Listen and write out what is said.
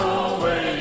away